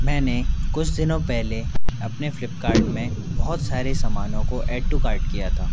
मैंने कुछ दिनों पहले अपने फ्लिपकार्ट में बहुत सारे समानों को ऐड टू कार्ट किया था